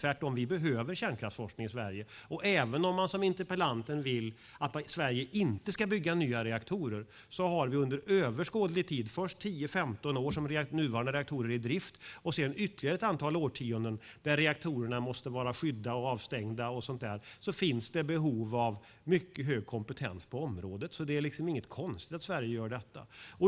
Vi behöver tvärtom kärnkraftsforskning i Sverige. Även om interpellanten vill att Sverige inte ska bygga nya reaktorer har vi under överskådlig tid, först 10-15 år som nuvarande reaktorer är i drift och sedan ytterligare ett antal årtionden där reaktorerna ska vara skyddade och avstängda, ett behov av mycket hög kompetens på området. Det är inget konstigt att Sverige gör detta.